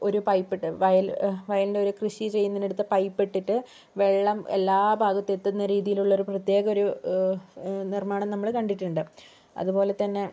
ഒരു പൈപ്പ് ഇട്ട് വയൽ വയല്ല് ഒരു കൃഷി ചെയ്യുന്നിടത്ത് പൈപ്പിട്ടിട്ട് വെള്ളം എല്ലാ ഭാഗത്ത് എത്തുന്ന രീതിലുള്ളൊരു പ്രത്യേക നിർമാണം നമ്മൾ കണ്ടിട്ടുണ്ട് അതുപോലെതന്നെ